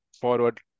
forward